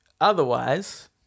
Otherwise